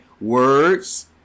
Words